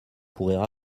pourraient